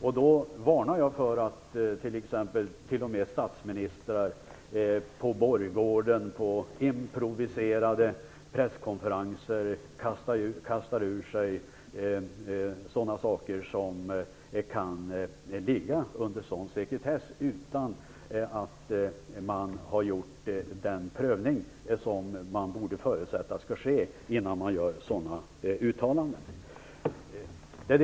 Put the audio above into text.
Jag varnar för att t.ex. t.o.m. statsministrar på borggården och på improviserade presskonferenser kastar ur sig sådana uttalanden som kan falla under sekretess utan att ha gjort en sådan prövning som förutsätts skall ske innan man gör sådana uttalanden.